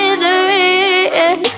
misery